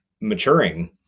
maturing